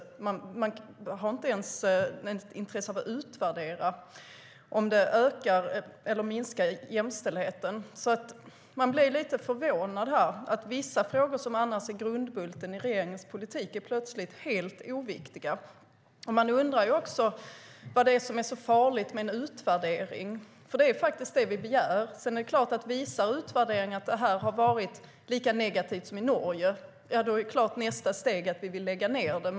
Man har inte ens intresse av att utvärdera om jämställdheten ökar eller minskar. Jag blir lite förvånad över att vissa frågor som annars är grundbulten i regeringens politik plötsligt är helt oviktiga. Jag undrar också vad det är som är så farligt med en utvärdering. Det är faktiskt det vi begär. Visar utvärderingen att detta har varit lika negativt som i Norge är nästa steg såklart att vi vill lägga ned det.